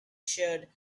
sheared